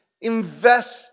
invest